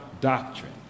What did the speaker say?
doctrine